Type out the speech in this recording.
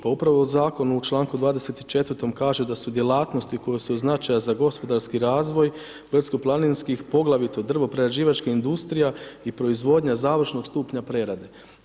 Pa upravo u zakonu u čl. 24. kaže da su djelatnosti koje su od značaja za gospodarski razvoj brdsko-planinskih, poglavito drvoprerađivačkih industrija i proizvodnja završnog stupnja prerade.